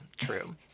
true